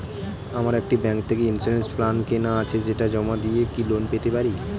আমার একটি ব্যাংক থেকে ইন্সুরেন্স প্ল্যান কেনা আছে সেটা জমা দিয়ে কি লোন পেতে পারি?